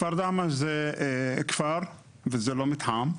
כפר דהמש זה כפר וזה לא מתחם.